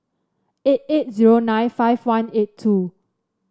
eight eight zero nine five one eight two